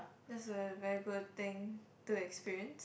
that's a very good thing to experience